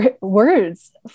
words